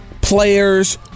players